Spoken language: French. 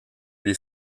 lui